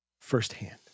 firsthand